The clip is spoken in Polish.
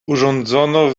urządzono